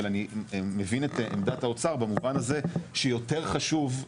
אבל אני מבין את עמדת האוצר במובן הזה שיותר חשוב,